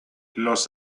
los